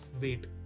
weight